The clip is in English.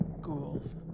ghouls